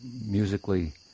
musically